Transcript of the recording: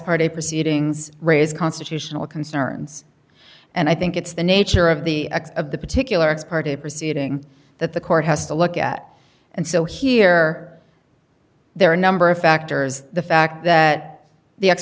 parte proceedings raise constitutional concerns and i think it's the nature of the of the particular it's part of a proceeding that the court has to look at and so here there are a number of factors the fact that the ex